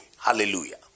Hallelujah